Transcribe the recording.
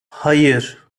hayır